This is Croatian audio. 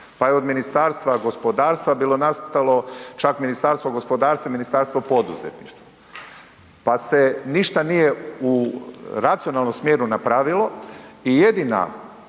Pa je od Ministarstva gospodarstva bilo nastalo čak Ministarstvo gospodarstva i Ministarstvo poduzetništva. Pa se ništa nije u racionalnom smjeru napravilo i jedina